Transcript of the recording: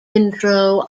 intro